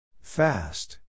Fast